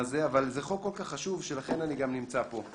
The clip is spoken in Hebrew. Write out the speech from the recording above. אבל זה חוק כל כך חשוב, לכן אני גם נמצא פה.